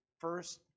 first